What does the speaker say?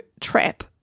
trap